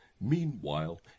Meanwhile